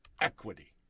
Equity